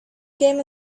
game